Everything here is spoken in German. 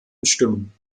bestimmen